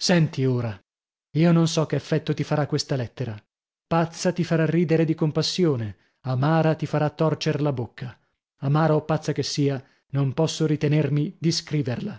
senti ora io non so che effetto ti farà questa lettera pazza ti farà ridere di compassione amara ti farà torcer la bocca amara o pazza che sia non posso ritenermi di scriverla